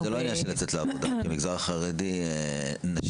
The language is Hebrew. עניין של לצאת לעבודה, במגזר החרדי נשים